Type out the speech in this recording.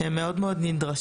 שהם מאוד מאוד נדרשים,